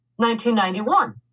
1991